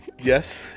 Yes